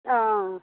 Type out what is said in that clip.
অ